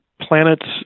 planets